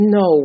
no